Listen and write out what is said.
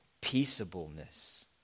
peaceableness